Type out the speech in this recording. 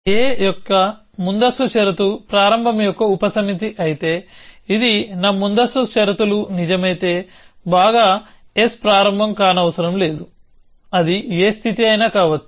a యొక్క ముందస్తు షరతు ప్రారంభం యొక్క ఉపసమితి అయితే ఇది నా ముందస్తు షరతులు నిజమైతే బాగా s ప్రారంభం కానవసరం లేదు అది ఏ స్థితి ఐనా కావచ్చు